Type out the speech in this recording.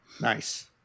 Nice